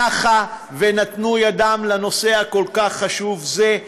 והם נתנו ידם לנושא הכל-כך חשוב הזה,